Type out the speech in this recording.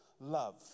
love